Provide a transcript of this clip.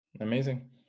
Amazing